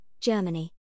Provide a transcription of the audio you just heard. Germany